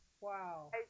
Wow